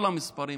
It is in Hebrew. כל המספרים,